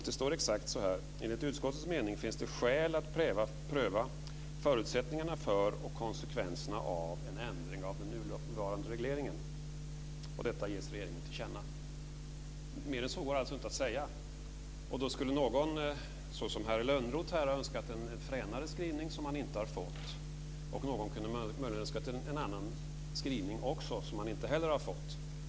Det står exakt så här: "Enligt utskottets mening finns det skäl att pröva förutsättningarna för och konsekvenserna av en ändring av den nuvarande regleringen." Detta ges regeringen till känna. Mer än så går det inte att säga. Herr Lönnroth har önskat en fränare skrivning som han inte har fått, och någon annan kunde ha önskat en annan skrivning som man inte heller har fått.